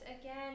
again